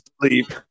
sleep